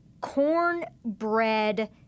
cornbread